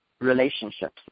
relationships